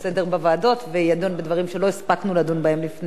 בוועדות וידון בדברים שלא הספקנו לדון בהם לפני.